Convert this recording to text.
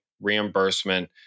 reimbursement